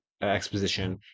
exposition